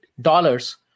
dollars